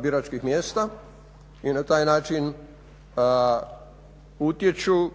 biračkih mjesta i na taj način utječu